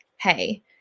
hey